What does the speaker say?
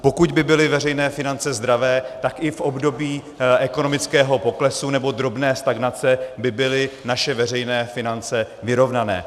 Pokud by byly veřejné finance zdravé, tak i v období ekonomického poklesu nebo drobné stagnace by byly naše veřejné finance vyrovnané.